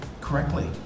correctly